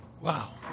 Wow